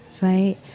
right